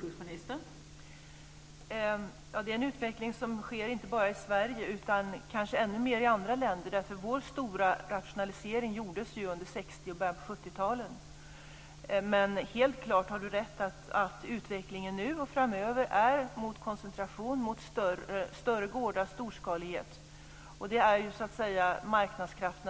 Fru talman! Det är en utveckling som sker inte bara i Sverige, utan kanske ännu mer i andra länder. Vår stora rationalisering gjordes ju under 60-talet och i början av 70-talet. Men helt klart har Jonas Ringqvist rätt i att utvecklingen nu och framöver går mot koncentration och mot större gårdar och storskalighet. Det är ju marknadskrafterna